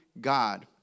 God